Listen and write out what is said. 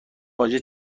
واژه